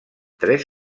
tres